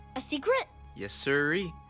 a secret? yessiree.